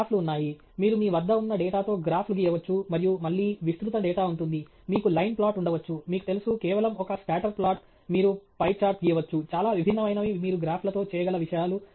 గ్రాఫ్లు ఉన్నాయి మీరు మీ వద్ద ఉన్న డేటాతో గ్రాఫ్లు గీయవచ్చు మరియు మళ్లీ విస్తృత డేటా ఉంటుంది మీకు లైన్ ప్లాట్ ఉండవచ్చు మీకు తెలుసు కేవలం ఒక స్కాటర్ ప్లాట్ మీరు పై చార్ట్ గీయవచ్చు చాలా విభిన్నమైనవి మీరు గ్రాఫ్లతో చేయగల విషయాలు